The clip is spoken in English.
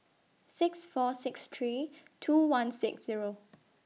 six four six three two one six Zero